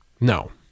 No